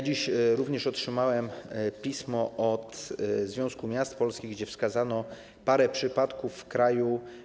Dziś również otrzymałem pismo od Związku Miast Polskich, gdzie wskazano parę przypadków w kraju.